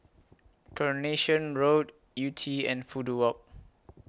Coronation Road Yew Tee and Fudu Walk